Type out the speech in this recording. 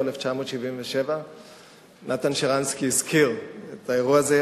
1977. נתן שרנסקי הזכיר את האירוע הזה.